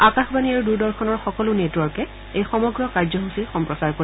আকাশবাণী আৰু দূৰদৰ্শনৰ সকলো নেটৰৰ্কে এই সমগ্ৰ কাৰ্যসূচীৰ সম্প্ৰচাৰ কৰিব